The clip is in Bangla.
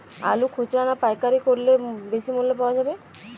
আলু খুচরা না পাইকারি করলে বেশি মূল্য পাওয়া যাবে?